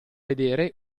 vedere